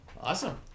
Awesome